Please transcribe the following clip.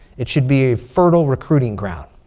it should be a fertile recruiting ground.